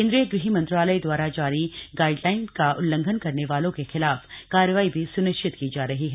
केंद्रीय गृह मंत्रालय दवारा जारी गाइडलाइन का उल्लंघन करने वालों के खिलाफ कार्रवाई भी स्निश्चित की जा रही है